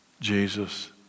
Jesus